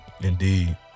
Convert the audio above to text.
indeed